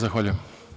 Zahvaljujem.